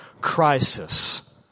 crisis